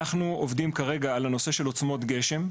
אנחנו עובדים כרגע על הנושא של עוצמות גשם,